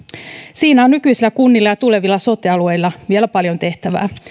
siinä on nykyisillä kunnilla ja tulevilla sote alueilla vielä paljon tehtävää